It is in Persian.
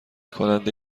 کنده